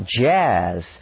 jazz